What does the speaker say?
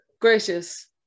gracious